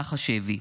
במהלך השבי.